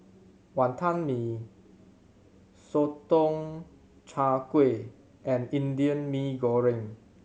Wantan Mee Sotong Char Kway and Indian Mee Goreng